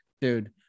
dude